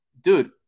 dude